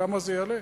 כמה זה יעלה.